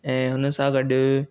ऐं हुन सां गॾु